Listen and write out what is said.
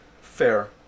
Fair